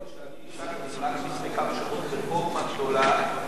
רפורמה גדולה ולא פשוטה ברשות השידור.